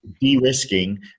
de-risking